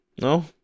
No